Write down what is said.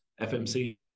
FMC